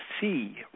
see